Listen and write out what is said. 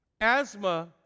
Asthma